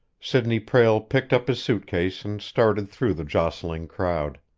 sidney prale picked up his suit case and started through the jostling crowd.